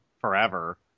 forever